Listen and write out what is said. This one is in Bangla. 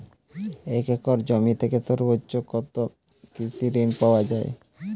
এক একর জমি থেকে সর্বোচ্চ কত কৃষিঋণ পাওয়া য়ায়?